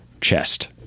chest